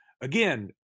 again